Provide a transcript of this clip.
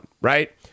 right